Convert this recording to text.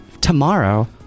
Tomorrow